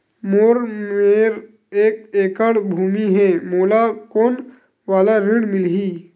मोर मेर एक एकड़ भुमि हे मोला कोन वाला ऋण मिलही?